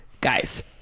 guys